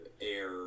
air